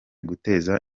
guteza